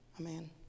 Amen